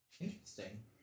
Interesting